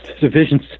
division's